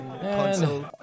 console